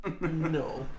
No